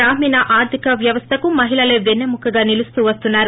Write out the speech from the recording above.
గ్రామీణ ఆర్గిక వ్యవస్థకు ప్రమహిళలే పెన్సెముకగా నిలుస్తూ ేవస్తున్నారు